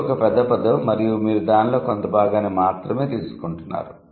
ఇది ఒక పెద్ద పదం మరియు మీరు దానిలో కొంత భాగాన్ని మాత్రమే తీసుకుంటున్నారు